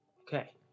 Okay